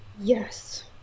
Yes